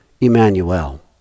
Emmanuel